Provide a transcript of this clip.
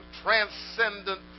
transcendent